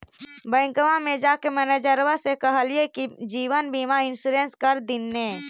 बैंकवा मे जाके मैनेजरवा के कहलिऐ कि जिवनबिमा इंश्योरेंस कर दिन ने?